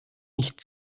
nicht